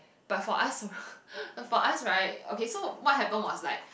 but for us for us right okay so what happened was like